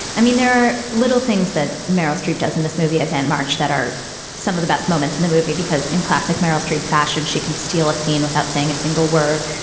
i mean, there are little things that meryl streep does in this movie as an march that are some of the best moments in the movie because in classic meryl streep flash and she can steal a scene without saying a single word,